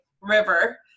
River